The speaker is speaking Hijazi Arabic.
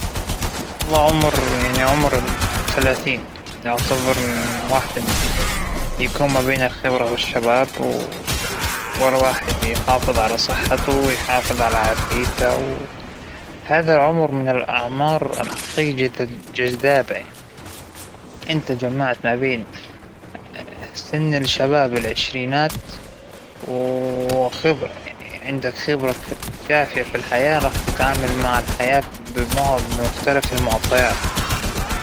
أظن إنى راح أختار فترة الطفولة تبعى، الحمد لله أنا عشت طفولة مرة سعيدة، فى ظل وجود والدى الله يرحمه، ووالدتى الله يحفظها، بعتقد أن هذى الفترة الوحيدة فى حياتى اللى ما كان عندى فيها مشاكل، فالحمد لله عليها لحظة الطفولة.